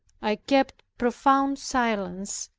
i kept profound silence,